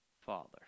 Father